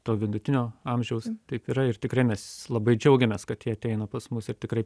to vidutinio amžiaus taip yra ir tikrai mes labai džiaugiamės kad jie ateina pas mus ir tikrai